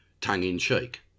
tongue-in-cheek